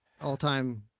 all-time